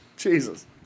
Jesus